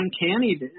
uncanny